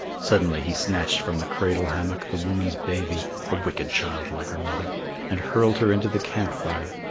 suddenly he snatched from the cradle-hammock the woman's baby a wicked child like her mother and hurled her into the camp-fire.